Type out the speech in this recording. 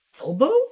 elbow